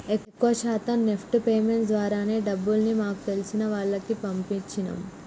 ఎక్కువ శాతం NEFT payments ద్వారానే డబ్బుల్ని మాకు తెలిసిన వాళ్లకి పంపించినం